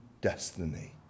destiny